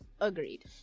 Agreed